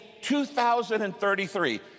2033